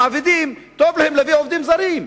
המעבידים, טוב להם להביא עובדים זרים.